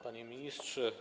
Panie Ministrze!